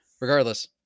Regardless